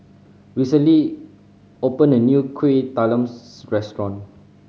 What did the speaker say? recently opened a new Kueh Talam restaurant